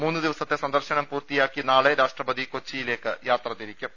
മൂന്നുദിവസത്തെ സന്ദർശനം പൂർത്തിയാക്കി നാളെ രാഷ്ട്രപതി കൊച്ചിയിലേക്ക് യാത്രതിരിക്കും